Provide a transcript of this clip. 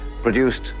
produced